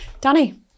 Danny